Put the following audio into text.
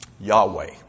Yahweh